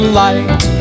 light